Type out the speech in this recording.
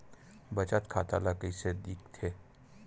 बचत खाता ला कइसे दिखथे?